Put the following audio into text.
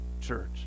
church